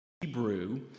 Hebrew